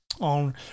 on